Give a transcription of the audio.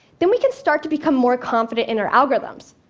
then we can start to become more confident in our algorithms.